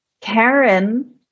Karen